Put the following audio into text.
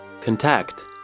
contact